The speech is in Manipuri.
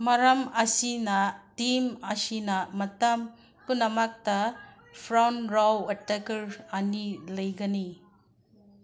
ꯃꯔꯝ ꯑꯁꯤꯅ ꯇꯤꯝ ꯑꯁꯤꯅ ꯃꯇꯝ ꯄꯨꯝꯅꯃꯛꯇ ꯐ꯭ꯔꯟ ꯔꯣ ꯑꯦꯇꯦꯛꯀꯔ ꯑꯅꯤ ꯂꯩꯒꯅꯤ